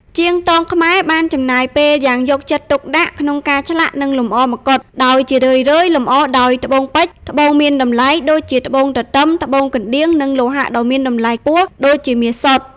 ជាងទងខ្មែរបានចំណាយពេលយ៉ាងយកចិត្តទុកដាក់ក្នុងការឆ្លាក់ និងលម្អម្កុដ ដោយជារឿយៗលម្អដោយ ត្បូងពេជ្រ ត្បូងមានតម្លៃ (ដូចជា ត្បូងទទឹម ត្បូងកណ្ដៀង) និង លោហៈដ៏មានតម្លៃខ្ពស់ (ដូចជាមាសសុទ្ធ)។